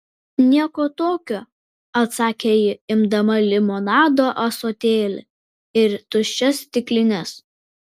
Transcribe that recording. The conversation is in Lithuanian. nieko tokio atsakė ji imdama limonado ąsotėlį ir tuščias stiklines